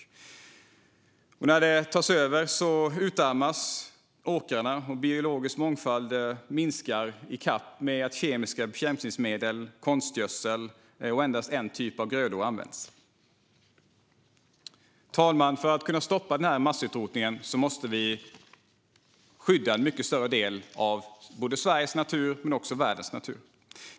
När det industriella jordbruket tar över utarmas åkrarna, och den biologiska mångfalden minskar i kapp med att kemiska bekämpningsmedel, konstgödsel och endast en typ av grödor används. Fru talman! För att kunna stoppa denna massutrotning måste vi skydda en mycket större del av både Sveriges natur och världens natur.